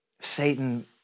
Satan